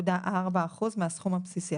6.4% מהסכום הבסיסי.